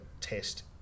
test